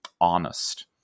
honest